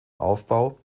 aufbau